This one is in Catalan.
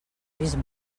vist